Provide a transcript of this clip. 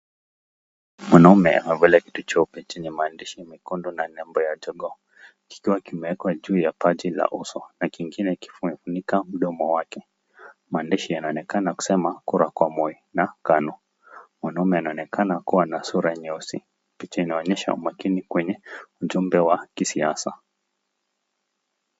Mwanaume amevaa kitambaa cheupe chenye maandishi mekundu na nembo ya jogoo kikiwa kimewekwa juu ya paji la uso na kingine kikifunika mdomo wake. Maandishi yanaonekana kusema kura kwa moyo na kano. Mwanaume anaonekana kuwa na sura nyusi. Picha inaonyesha umakini kwenye ujumbe wa kisiasa.